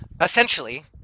essentially